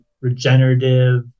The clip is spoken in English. regenerative